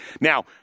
Now